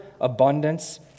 abundance